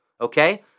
okay